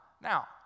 Now